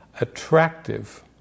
attractive